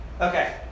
Okay